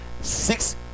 six